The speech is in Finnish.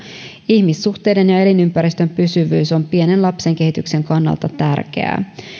ihmissuhteiden ja elinympäristön pysyvyys on pienen lapsen kehityksen kannalta tärkeää